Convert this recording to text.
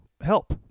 help